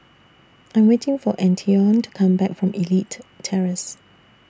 I'm waiting For Antione to Come Back from Elite Terrace